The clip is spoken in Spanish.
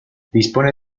dispone